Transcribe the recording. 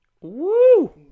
Woo